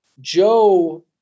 Joe